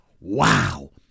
wow